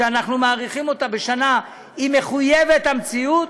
שאנחנו מאריכים בשנה, היא מחויבת המציאות,